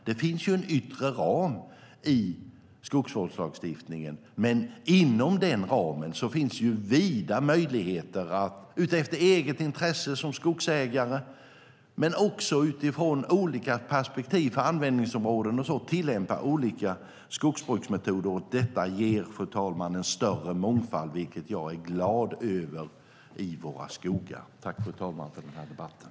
Det finns en yttre ram i skogsvårdslagstiftningen, men inom den ramen finns det vida möjligheter att utefter eget intresse som skogsägare och utifrån olika perspektiv och användningsområden tillämpa olika skogsbruksmetoder. Detta ger, fru talman, en större mångfald, vilket jag är glad över. Tack för den här debatten!